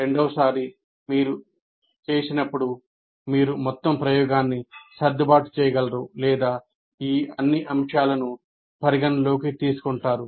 రెండవసారి మీరు చేసినప్పుడు మీరు మొత్తం ప్రయోగాన్ని సర్దుబాటు చేయగలరు లేదా ఈ అన్ని అంశాలను పరిగణనలోకి తీసుకుంటారు